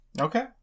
Okay